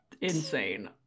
Insane